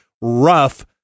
rough